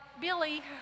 Billy